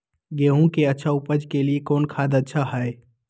गेंहू के अच्छा ऊपज के लिए कौन खाद अच्छा हाय?